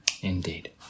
Indeed